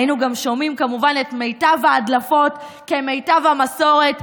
היינו גם שומעים כמובן את מיטב ההדלפות כמיטב המסורת.